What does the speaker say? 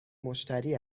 مشتری